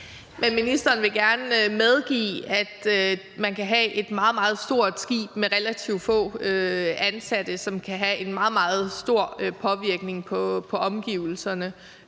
vil ministeren gerne medgive, at man kan have et meget, meget stort skib med relativt få ansatte, som kan have en meget, meget stor påvirkning på omgivelserne,